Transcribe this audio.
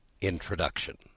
Introduction